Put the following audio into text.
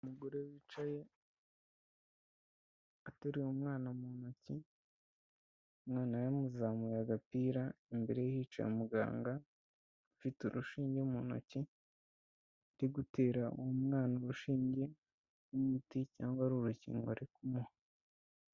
Umugore wicaye ateruye umwana mu ntoki, umwana yamuzamuye agapira, imbere hicaye umuganga ufite urushinge mu ntoki, ari gutera uwo mwana urushinge rw'umuti cyangwa ari urukingo ari kumuha.